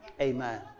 Amen